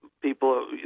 people